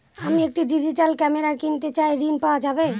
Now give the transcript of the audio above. আমি একটি digital camera কিনতে চাই ঝণ পাওয়া যাবে?